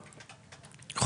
ככלל,